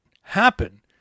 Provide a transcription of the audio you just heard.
happen